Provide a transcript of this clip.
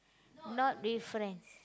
not with friends